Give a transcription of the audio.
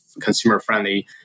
consumer-friendly